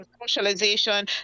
socialization